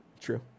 True